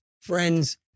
friends